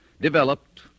developed